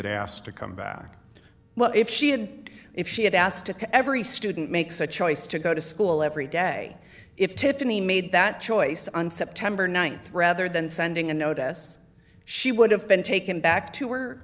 had asked to come back well if she did if she had asked to every student makes a choice to go to school every day if tiffany made that choice on september th rather than sending a notice she would have been taken back to her